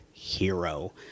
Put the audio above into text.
hero